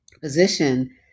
position